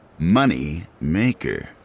Moneymaker